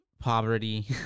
poverty